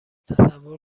تصور